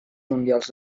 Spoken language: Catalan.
mundials